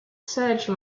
surge